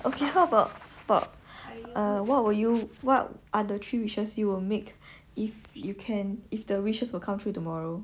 okay how about about err what would you what are the three wishes you would make if you can if the wishes will come true tomorrow